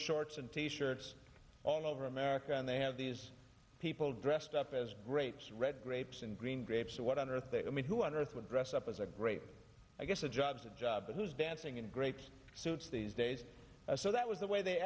shorts and t shirts all over america and they have these people dressed up as greats red grapes and green grapes what on earth they mean who on earth would dress up as a great i guess a jobs a job but who's dancing in grapes suits these days so that was the way they